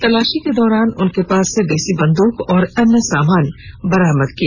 तलाशी लेने के दौरान उनके पास से देसी बंद्रक और अन्य सामान बरामद हुए